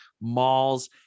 malls